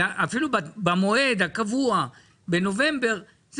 אפילו במועד הקבוע בנובמבר,